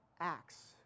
acts